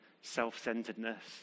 self-centeredness